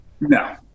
No